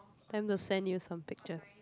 then will send you some pictures